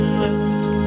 left